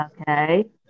Okay